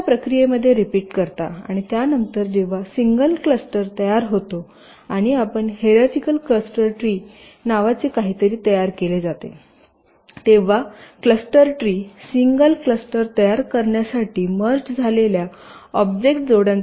आपण या प्रक्रिये रिपीट करता आणि त्यानंतर जेव्हा सिंगल क्लस्टर तयार होतो आणि आपण हिराचीकल क्लस्टर ट्री नावाची काहीतरी तयार केली जातेतेव्हा क्लस्टर ट्री सिंगल क्लस्टर तयार करण्यासाठी मर्ज झालेल्या ऑब्जेक्ट जोड्यांचा हा क्रम दर्शवितो